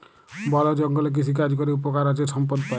বল জঙ্গলে কৃষিকাজ ক্যরে উপকার আছে সম্পদ পাই